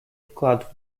вклад